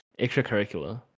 Extracurricular